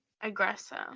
aggressive